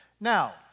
Now